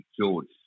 George